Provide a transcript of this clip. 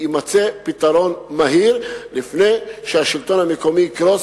שיימצא פתרון מהיר, לפני שהשלטון המקומי יקרוס.